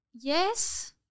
Yes